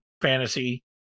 fantasy